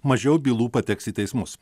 mažiau bylų pateks į teismus